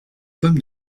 pommes